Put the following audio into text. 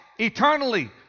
eternally